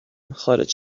خارج